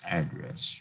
address